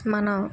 మనం